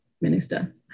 minister